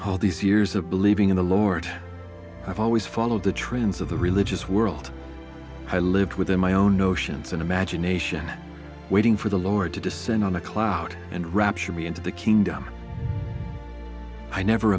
all these years of believing in the lord i've always followed the trends of the religious world i lived within my own notions and imagination waiting for the lord to descend on a cloud and rapture me into the kingdom i never